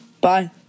Bye